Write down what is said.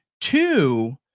two